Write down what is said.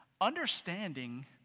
understanding